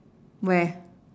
where